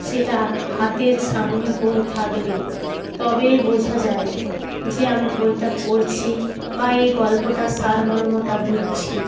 সেটা হাতের সামনে বই থাকলে তবেই বোঝা যায় যে আমি বইটা পড়ছি বা এই গল্পটার সারমর্মটা বুঝছি